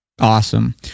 Awesome